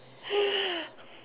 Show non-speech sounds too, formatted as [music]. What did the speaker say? [noise]